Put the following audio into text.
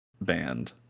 band